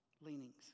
leanings